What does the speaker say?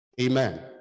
Amen